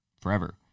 forever